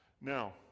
now